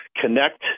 connect